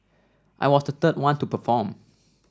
I was the third one to perform